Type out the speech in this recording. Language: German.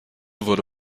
wurde